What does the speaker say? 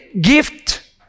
gift